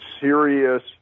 serious